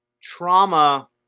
trauma